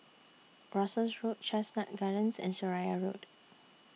Russels Road Chestnut Gardens and Seraya Road